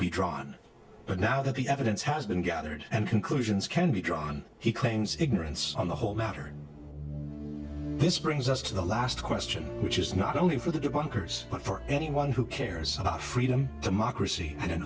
be drawn but now that the evidence has been gathered and conclusions can be drawn he claims ignorance on the whole matter this brings us to the last question which is not only for the debunkers but for anyone who cares about freedom democracy and an